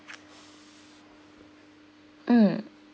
mm